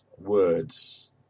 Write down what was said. words